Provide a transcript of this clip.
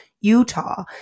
Utah